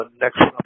next